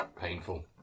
painful